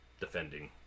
defending